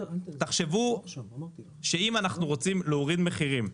תחשבו שאם אנחנו רוצים להוריד מחירים,